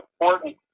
important